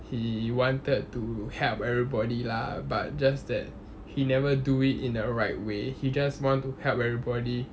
he wanted to help everybody lah but just that he never do it in a right way he just want to help everybody